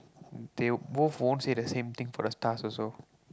they both won't say the same thing for the stars also